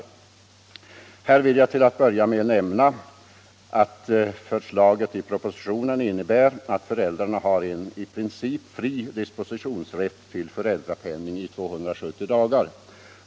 san Här vill jag till att börja med nämna att förslaget i propositionen innebär — Föräldraförsäkring att föräldrarna har en i princip fri dispositionsrätt till föräldrapenning en m.m. i 270 dagar.